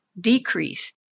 decrease